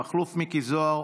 מכלוף מיקי זוהר,